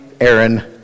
Aaron